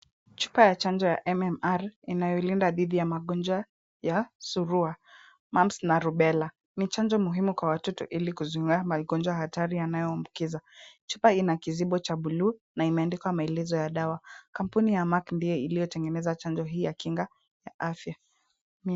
Chupa ya chanjo ya MMR inayolinda dhidi ya magonjwa ya surua, mumps na rubella. Ni chanjo muhimu kwa watoto ili kuzuiya magonjwa hatari yanayoambukiza. Chupa hii ina kizibo cha buluu na imeandiikwa maelezo ya dawa. Kampuni ya iliyotengeneza chanjo hii ya kiafya.